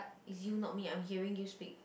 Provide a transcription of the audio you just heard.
is you not me I'm hearing you speak